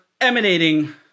emanating